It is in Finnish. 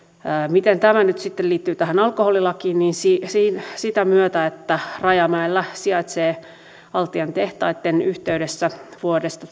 miten tämä nyt sitten liittyy tähän alkoholilakiin niin sitä myötä että rajamäellä sijaitsee altian tehtaitten yhteydessä vuodesta